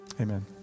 amen